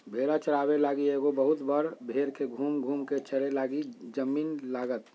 भेड़ा चाराबे लागी एगो बहुत बड़ भेड़ के घुम घुम् कें चरे लागी जमिन्न लागत